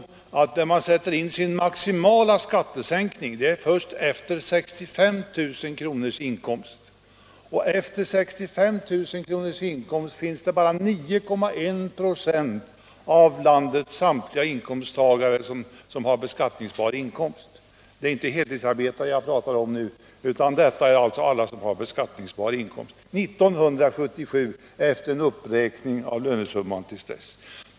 Regeringen sätter in sin maximala skattesänkning först efter 65 000 kr. inkomst, och en beskattningsbar inkomst på mer än 65 000 kr. är det bara 9,1 96 av landets samtliga inkomsttagare som kommer att ha 1977, efter en uppräkning av lönesumman till 1977 års siffror. Jag talar nu inte om heltidsarbetande utan om alla som har beskattningsbar inkomst.